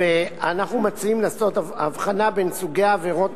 אנחנו מציעים לעשות הבחנה נכונה בין סוגי העבירות,